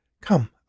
Come